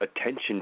attention